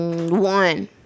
One